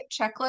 checklist